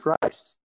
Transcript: price